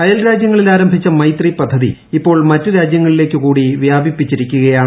അയൽ രാജ്യങ്ങളിൽ ആരംഭിച്ച മൈത്രി പദ്ധതി ഇസ്ലോൾ മറ്റ് രാജ്യങ്ങളിലേയ്ക്ക് കൂടി വ്യാപിപ്പിച്ചിരിക്കുകയാണ്